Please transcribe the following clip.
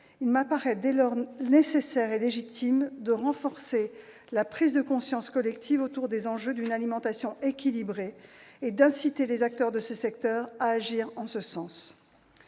Il m'apparaît dès lors nécessaire et légitime de renforcer la prise de conscience collective autour des enjeux d'une alimentation équilibrée et d'inciter les acteurs de ce secteur à agir en ce sens.